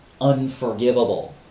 unforgivable